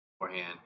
beforehand